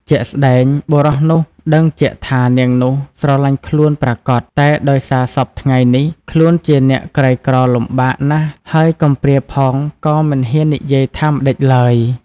ជាក់ស្ដែងបុរសនោះដឹងជាក់ថានាងនោះស្រឡាញ់ខ្លួនប្រាកដតែដោយថាសព្វថ្ងៃនេះខ្លួនជាអ្នកក្រីក្រលំបាកណាស់ហើយកំព្រាផងក៏មិនហ៊ាននិយាយថាម្ដេចឡើយ។